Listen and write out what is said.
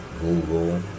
Google